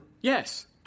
yes